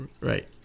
right